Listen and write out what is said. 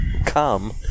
come